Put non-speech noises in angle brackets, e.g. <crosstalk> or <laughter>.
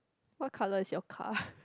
what colour is your car <breath>